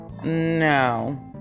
No